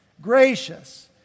gracious